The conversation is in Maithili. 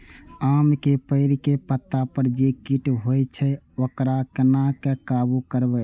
आम के पेड़ के पत्ता पर जे कीट होय छे वकरा केना काबू करबे?